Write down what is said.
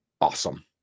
awesome